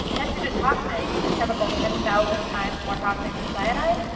tetrodotoxin, a chemical ten thousand times more toxic than cyanide,